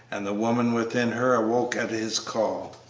and the woman within her awoke at his call.